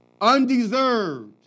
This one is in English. undeserved